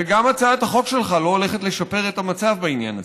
וגם הצעת החוק שלך לא הולכת לשפר את המצב בעניין הזה.